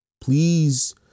Please